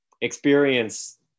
experience